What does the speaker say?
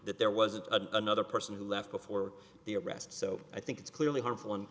that there was a other person who left before the arrest so i think it's clearly harmful